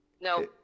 No